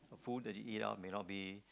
food that you eat out may not be